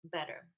Better